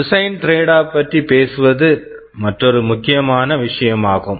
design tradeoff Design Tradeoff பற்றி பேசுவது மற்றொரு முக்கியமான விஷயமாகும்